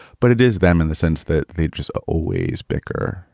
but it is them in the sense that they just always bicker.